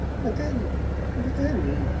but then but then